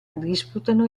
disputano